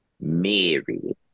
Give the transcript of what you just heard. Mary